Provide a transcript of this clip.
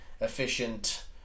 efficient